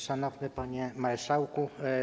Szanowny Panie Marszałku!